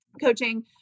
coaching